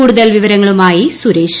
കൂടുതൽ വിവരങ്ങളുമായി സുരേഷ്